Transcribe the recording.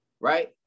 right